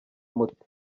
mute